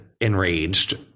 enraged